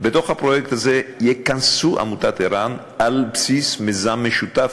בתוך הפרויקט הזה תיכנס עמותת ער"ן על בסיס מיזם משותף.